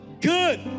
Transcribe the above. good